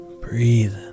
Breathe